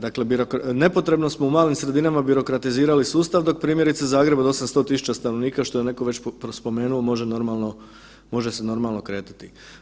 Dakle nepotrebno smo u malim sredinama birokratizirali sustav dok primjerice Zagreb od 800.000 stanovnika što je već neko spomenuo može se normalno kretati.